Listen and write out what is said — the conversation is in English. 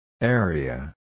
Area